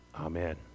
Amen